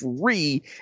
free